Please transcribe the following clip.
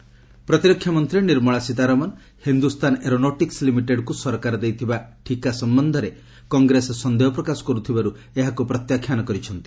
ସୀତାରମଣ ପ୍ରତିରକ୍ଷା ମନ୍ତ୍ରୀ ନିର୍ମଳା ସୀତାରମଣ ହିନ୍ଦୁସ୍ଥାନ ଏରୋନଟିକ୍ ଲିମିଟେଡ୍କୁ ସରକାର ଦେଇଥିବା ଠିକା ସମ୍ଭନ୍ଧରେ କଂଗ୍ରେସ ସନ୍ଦେହ ପ୍ରକାଶ କର୍ତ୍ତିବାର୍ତ ଏହାକୁ ପ୍ରତ୍ୟାଖ୍ୟାନ କରିଛନ୍ତି